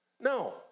No